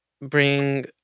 bring